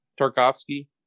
Tarkovsky